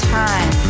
time